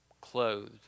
clothed